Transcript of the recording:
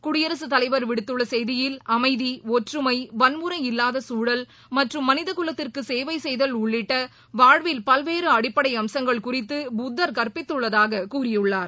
குடியரசு தலைவர் விடுத்துள்ள செய்தியில் அமைதி ஒற்றுமை வன்முறை இல்லாத சூழல் மற்றும் மனிதகுலத்திற்கு சேவை செய்தல் உள்ளிட்ட வாழ்வில் பல்வேறு அடிப்படை அம்சங்கள் குறித்து புத்தர் கற்பித்துள்ளதாக கூறியுள்ளார்